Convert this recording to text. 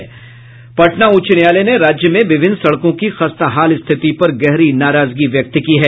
पटना उच्च न्यायालय ने राज्य में विभिन्न सड़कों की खस्ताहाल स्थिति पर गहरी नाराजगी व्यक्त की है